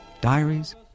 diaries